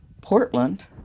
portland